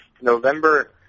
November